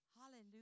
Hallelujah